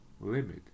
limit